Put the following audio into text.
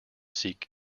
seek